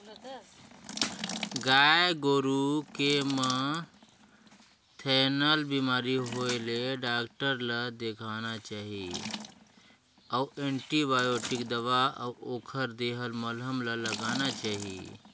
गाय गोरु के म थनैल बेमारी होय ले डॉक्टर ल देखाना चाही अउ एंटीबायोटिक दवा अउ ओखर देहल मलहम ल लगाना चाही